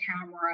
camera